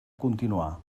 continuar